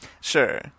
Sure